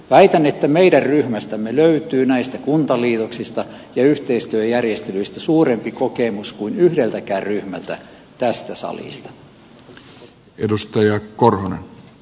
väitän että meidän ryhmästämme löytyy näistä kuntaliitoksista ja yhteistyöjärjestelyistä suurempi kokemus kuin yhdeltäkään ryhmältä tästä salista